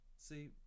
see